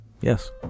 Yes